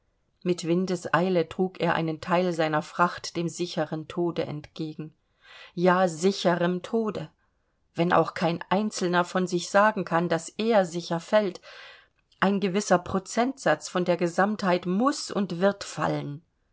mit windeseile trug er einen teil seiner fracht dem sicheren tode entgegen ja sicherem tode wenn auch kein einzelner von sich sagen kann daß er sicher fällt ein gewisser prozentsatz von der gesamtheit muß und wird fallen